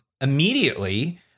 immediately